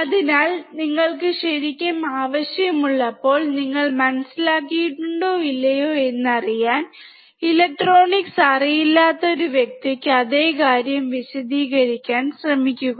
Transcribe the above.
അതിനാൽ നിങ്ങൾക്ക് ശരിക്കും ആവശ്യമുള്ളപ്പോൾ നിങ്ങൾ മനസിലാക്കിയിട്ടുണ്ടോ ഇല്ലയോ എന്നറിയാൻ ഇലക്ട്രോണിക്സ് അറിയില്ലാത്ത ഒരു വ്യക്തിക്ക് അതേ കാര്യം വിശദീകരിക്കാൻ ശ്രമിക്കുക